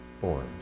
forms